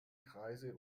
kreise